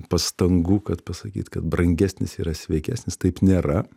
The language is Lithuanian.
pastangų kad pasakyt kad brangesnis yra sveikesnis taip nėra